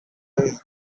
always